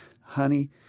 Honey